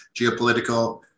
geopolitical